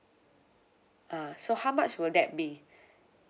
uh so how much will that be